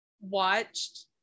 watched